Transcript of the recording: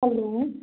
hello